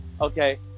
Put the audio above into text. Okay